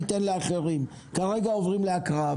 כרגע עוברים להקראה.